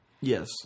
Yes